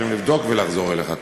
בעזרת השם, לבדוק ולחזור אליך.